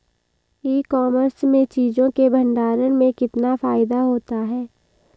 ई commerce में चीज़ों के भंडारण में कितना फायदा होता है?